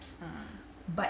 a'ah